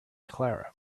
clara